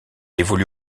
évolue